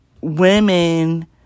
women